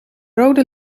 rode